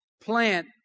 plant